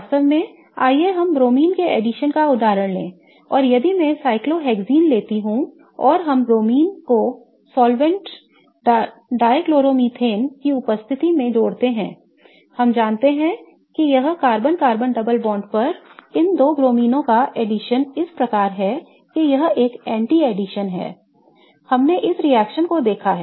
वास्तव में आइए हम Br2 के addition का उदाहरण लें और यदि मैं साइक्लोहेक्सिन लेता हूं और हम Br2 को solvent dichloromethane की उपस्थिति में जोड़ते हैं हम जानते हैं कि यह कार्बन कार्बन डबल बॉन्ड पर इन दो ब्रोमाइनों का एडमिशन इस प्रकार है की यह एक anti addition है हमने इस रिएक्शन को देखा है